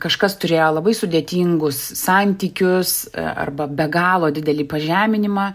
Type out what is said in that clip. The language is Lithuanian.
kažkas turėjo labai sudėtingus santykius arba be galo didelį pažeminimą